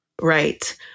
Right